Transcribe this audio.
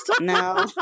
No